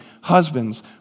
Husbands